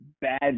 bad